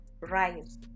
rise